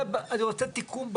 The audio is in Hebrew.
ואני אסביר אותו.